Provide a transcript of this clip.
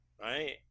right